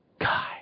guy